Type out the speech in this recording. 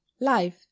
life